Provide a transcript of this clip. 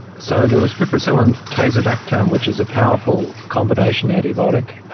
so there was piperacillin tazobactam, which is a powerful combination antibiotic.